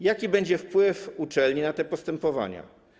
Jaki będzie wpływ uczelni na te postępowania?